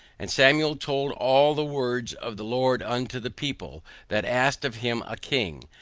and samuel told all the words of the lord unto the people, that asked of him a king.